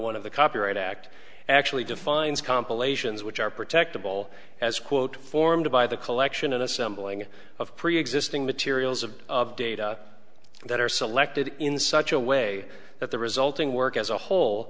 one of the copyright act actually defines compilations which are protected will as quote formed by the collection and assembling of preexisting materials of of data that are selected in such a way that the resulting work as a whole